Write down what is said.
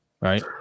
Right